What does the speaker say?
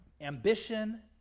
ambition